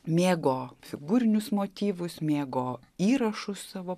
mėgo figūrinius motyvus mėgo įrašus savo